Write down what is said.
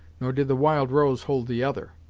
nor did the wild rose hold the other.